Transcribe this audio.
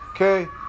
Okay